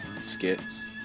skits